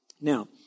Now